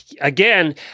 again